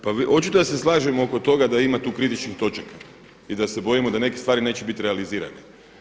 Pa očito da se slažemo oko toga da ima tu kritičnih točaka i da se bojimo da neke stvari neće biti realizirane.